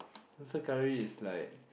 monster-curry is like